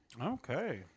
Okay